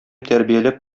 тәрбияләп